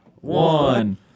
one